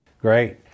Great